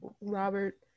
Robert